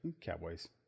Cowboys